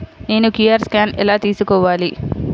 నేను QR scan ఎలా తీసుకోవాలి?